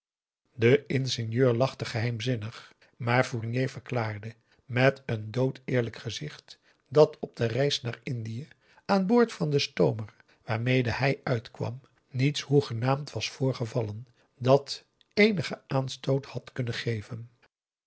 de ingenieur lachte geheimzinnig maar fournier verklaarde met een doodeerlijk gezicht dat op de reis naar indië aan boord van den stoomer waarmede hij uitkwam niets hoegenaamd was voorgevallen dat eenigeu aanstoot had kunnen geven